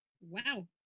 Wow